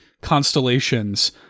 constellations